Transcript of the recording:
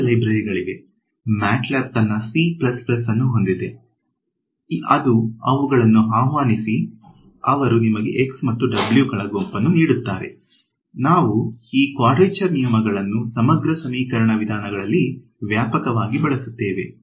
ಗಣಿತದ ಲೈಬ್ರರಿ ಗಳಿವೆ ಮ್ಯಾಟ್ಲ್ಯಾಬ್ ತನ್ನ ಸಿ ಅನ್ನು ಹೊಂದಿದೆ ಅದು ಅವುಗಳನ್ನು ಆಹ್ವಾನಿಸಿ ಅವರು ನಿಮಗೆ x ಮತ್ತು w ಗಳ ಗುಂಪನ್ನು ನೀಡುತ್ತಾರೆ ನಾವು ಈ ಕ್ವಾಡ್ರೇಚರ್ ನಿಯಮಗಳನ್ನು ಸಮಗ್ರ ಸಮೀಕರಣ ವಿಧಾನಗಳಲ್ಲಿ ವ್ಯಾಪಕವಾಗಿ ಬಳಸುತ್ತೇವೆ